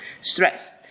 stress